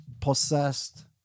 possessed